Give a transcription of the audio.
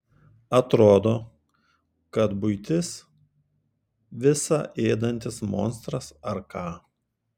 atrodo kad buitis visa ėdantis monstras ar ką